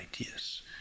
ideas